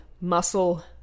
muscle